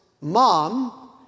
mom